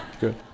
good